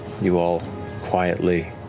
you all quietly